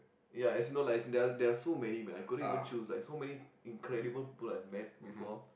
ya as in no like as in there are there are so many man I couldn't even choose like so many incredible people I've met before